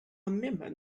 mimim